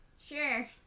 sure